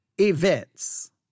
events